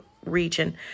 region